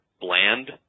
bland